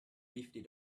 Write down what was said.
fifty